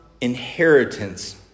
inheritance